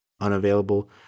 unavailable